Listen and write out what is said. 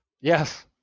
Yes